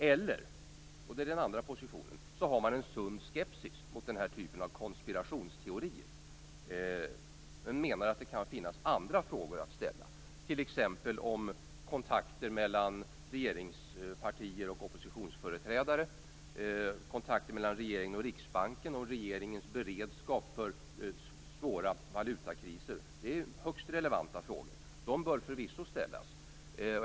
Eller också, och det är den andra positionen, har man en sund skepsis gentemot den här typen av konspirationsteorier och menar att det kan finnas andra frågor att ställa, t.ex. om kontakter mellan regeringspartier och oppositionsföreträdare, om kontakter mellan regeringen och Riksbanken eller om regeringens beredskap för svåra valutakriser. Det är högst relevanta frågor, och de bör förvisso ställas.